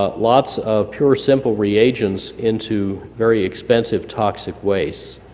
ah lots of pure, simple reagents into very expensive toxic wastes,